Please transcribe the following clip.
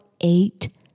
eight